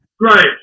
right